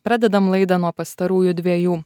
pradedam laidą nuo pastarųjų dviejų